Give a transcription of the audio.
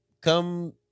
come